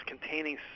containing